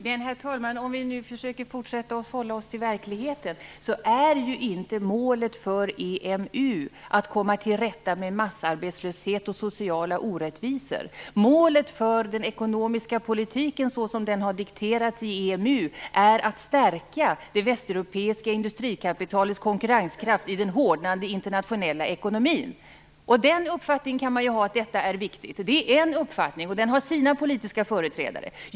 Herr talman! Om vi försöker fortsätta att hålla oss till verkligheten så är inte målet för EMU att komma till rätta med massarbetslöshet och sociala orättvisor. Målet för den ekonomiska politiken såsom den har dikterats i EMU är att stärka det västeuropeiska industrikapitalets konkurrenskraft i den hårdnande internationella ekonomin. Man kan ha uppfattningen att detta är viktigt. Det är en uppfattning, och den har sina politiska företrädare.